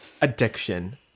addiction